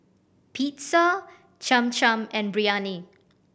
Pizza Cham Cham and Biryani